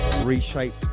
reshaped